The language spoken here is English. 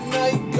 night